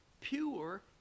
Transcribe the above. pure